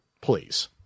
Please